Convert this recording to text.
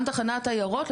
גם תחנות עיירות,